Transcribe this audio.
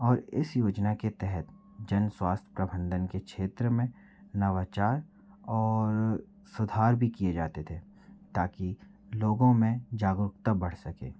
और इस योजना के तहत जन स्वास्थ्य प्रबंधन के क्षेत्र में नवाचार और सुधार भी किए जाते थे ताकि लोगों में जागरूकता बढ़ सके